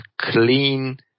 clean